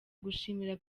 gushimira